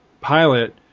pilot